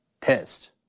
pissed